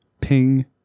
Ping